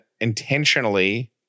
intentionally